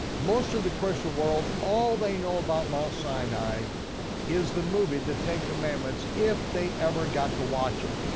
most of the christian world, all they know about mount sinai is the movie the ten commandments, if they ever got to watch it.